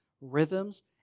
rhythms